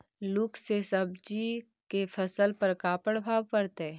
लुक से सब्जी के फसल पर का परभाव पड़तै?